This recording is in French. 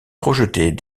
projetait